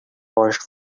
washed